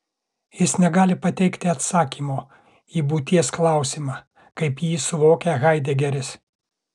jis negali pateikti atsakymo į būties klausimą kaip jį suvokia haidegeris